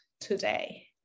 today